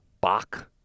Bach